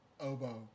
Oboe